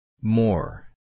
more